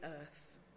earth